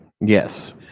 Yes